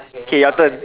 K your turn